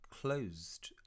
closed